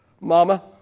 Mama